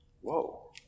Whoa